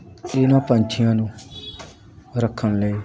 ਇਹਨਾਂ ਪੰਛੀਆਂ ਨੂੰ ਰੱਖਣ ਲਈ